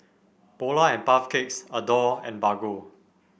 Polar and Puff Cakes Adore and Bargo